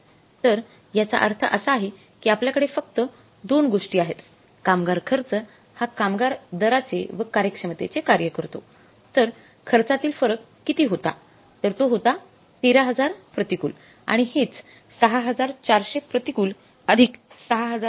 तर याचा अर्थ असा आहे की आपल्याकडे फक्त दोन गोष्टी आहेत कामगार खर्च हा कामगार दराचे व कार्यक्षमतेचे कार्य करतो तरखर्चातील फरक किती होता तर तो होता 13000 प्रतिकूल आणि हेच 6400 प्रतिकूल अधिक 6600 प्रतिकूल